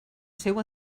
seu